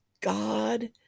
God